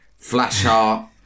Flashheart